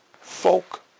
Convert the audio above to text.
folk